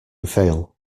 fail